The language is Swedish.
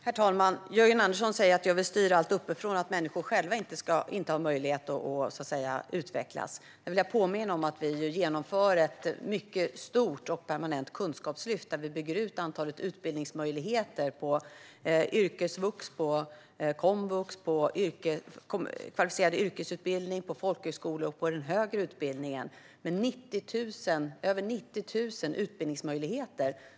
Herr talman! Jörgen Andersson säger att jag vill styra allt uppifrån och att jag vill att människor själva inte ska ha möjlighet att utvecklas. Jag vill påminna om att vi genomför ett mycket stort och permanent kunskapslyft där vi bygger ut yrkesvux, komvux, kvalificerad yrkesutbildning, folkhögskolor och den högre utbildningen med över 90 000 utbildningsmöjligheter.